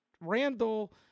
Randall